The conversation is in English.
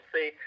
See